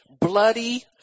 bloody